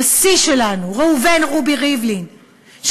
הנשיא שלנו ראובן רובי ריבלין,